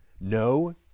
No